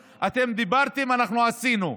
אתם דיברתם, אנחנו עשינו.